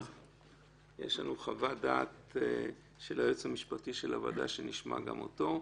יש שלנו חוות דעת של הייעוץ המשפטי של הוועדה שנשמע גם אותו.